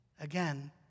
Again